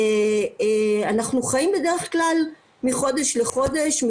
אנחנו חיים בדרך כלל מחודש לחודש,